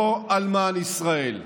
לא אלמן ישראל.